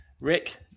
Rick